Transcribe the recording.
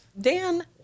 Dan